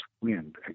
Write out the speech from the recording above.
wind